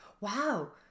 wow